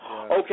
Okay